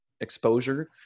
exposure